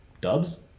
dubs